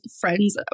friends